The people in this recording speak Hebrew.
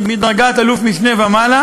בדרגת אלוף-משנה ומעלה,